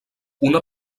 una